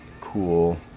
cool